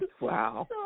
wow